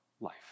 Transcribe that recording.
life